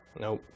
Nope